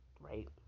right